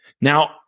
Now